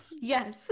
Yes